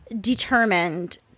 determined